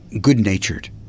good-natured